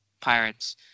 Pirates